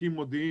עסקים מודיעים,